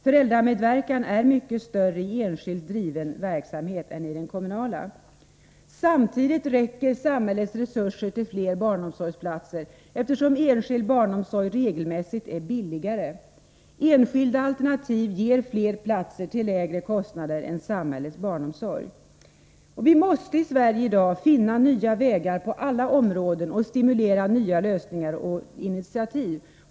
Föräldramedverkan är mycket större i enskilt driven verksamhet än i kommunal. Samtidigt räcker samhällets resurser till fler barnomsorgsplatser, eftersom enskild barnomsorg regelmässigt är billigare. Enskilda alternativ ger fler platser till lägre kostnader än samhällets barnomsorg. Vi måste i Sverige i dag finna nya vägar på alla områden och stimulera till nya lösningar och initiativ.